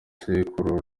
sekuru